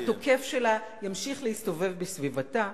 -- התוקף שלה ימשיך להסתובב בסביבתה,